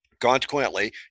consequently